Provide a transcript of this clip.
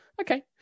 Okay